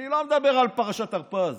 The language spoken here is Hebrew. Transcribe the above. אני לא מדבר על פרשת הרפז,